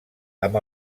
amb